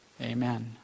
Amen